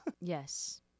Yes